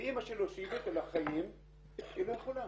ואמא שלו שהביאה אותו לחיים לא יכולה.